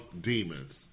demons